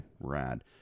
Rad